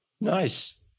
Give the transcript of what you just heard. Nice